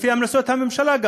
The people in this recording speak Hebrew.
לפי המלצות הממשלה,